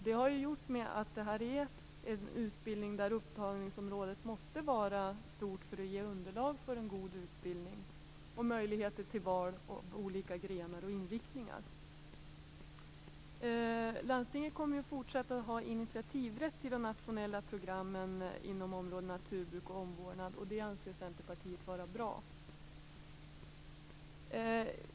Det har att göra med att detta är en utbildning där upptagningsområdet måste vara stort för att ge underlag för en god utbildning och möjligheter till val av olika grenar och inriktningar. Landstingen kommer fortsatt att ha initiativrätt till de nationella programmen inom områdena naturbruk och omvårdnad, vilket Centerpartiet anser vara bra.